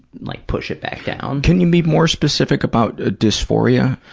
like push it back down. can you be more specific about ah dysphoria?